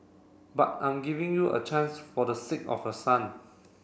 but I'm giving you a chance for the sake of your son